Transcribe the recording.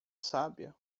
sábia